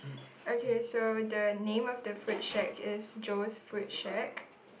okay so the name of the food shack is Joe's food shack